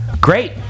great